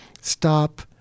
stop